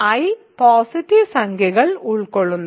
I positive സംഖ്യകൾ ഉൾക്കൊള്ളുന്നു